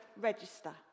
register